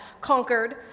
conquered